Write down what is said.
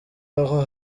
aho